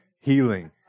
Healing